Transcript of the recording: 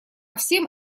всем